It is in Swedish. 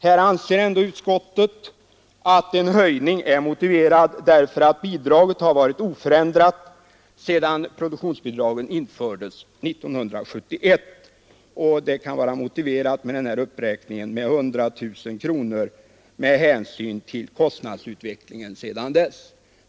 Utskottet anser att en höjning är motiverad, eftersom produktionsbidraget varit oförändrat sedan det infördes 1971. Det kan vara motiverat med en uppräkning på 100 000 kr med hänsyn till kostnadsutvecklingen sedan dess.